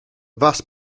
vast